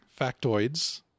factoids